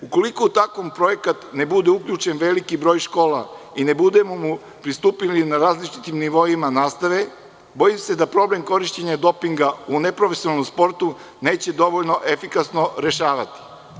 Ukoliko u takav projekat ne bude uključen veliki broj škola i ne budemo mu pristupili na različitim nivoima nastave, bojim se da se problem korišćenja dopinga u neprofesionalnom sportu neće dovoljno efikasno rešavati.